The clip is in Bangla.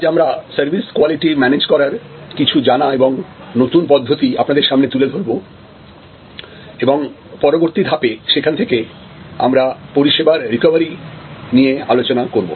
আজ আমরা সার্ভিস কোয়ালিটি ম্যানেজ করার কিছু জানা এবং নতুন পদ্ধতি আপনাদের সামনে তুলে ধরব এবং পরবর্তী ধাপে সেখান থেকে আমরা পরিষেবার রিকভারি নিয়ে আলোচনা করব